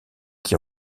qui